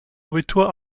abitur